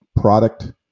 product